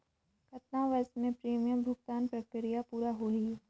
कतना वर्ष मे प्रीमियम भुगतान प्रक्रिया पूरा होही?